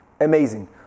Amazing